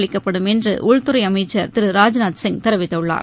அளிக்கப்படும் என்று உள்துறை அமைச்சர் திரு ராஜ்நாத் சிங் தெரிவித்துள்ளார்